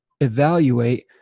evaluate